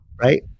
right